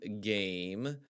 game